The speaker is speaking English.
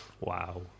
Wow